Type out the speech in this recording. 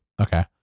okay